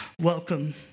welcome